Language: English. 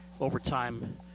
Overtime